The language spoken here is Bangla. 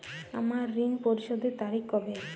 আমার ঋণ পরিশোধের তারিখ কবে?